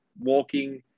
walking